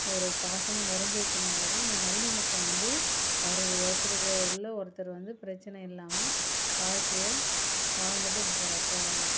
ஒரு பாசமும் நிறஞ்சி இருக்கதனாலதான் அந்த நல்லிணக்கம் வந்து வருது ஒருத்தருக்கு உள்ள ஒருத்தர் வந்து பிரச்சனை இல்லாமல் வாழ்கையை வாழ்ந்துகிட்டு போகிற போகிறாங்க